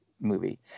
movie